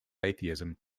atheism